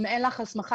אם אין לך הסמכה,